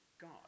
God